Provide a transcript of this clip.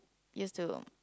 used to